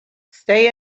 stay